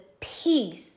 peace